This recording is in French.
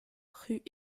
rue